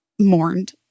mourned